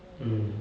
mm